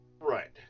Right